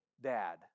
dad